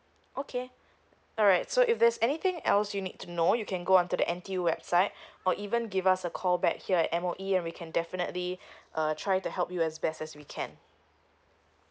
okay alright so if there's anything else you need to know you can go until the N_T_U website or even give us a call back here at M_O_E and we can definitely uh try to help you as best as we can